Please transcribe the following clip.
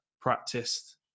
practiced